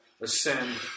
ascend